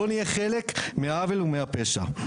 לא נהיה חלק מהעוול ומהפשע״.